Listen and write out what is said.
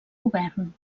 govern